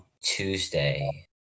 Tuesday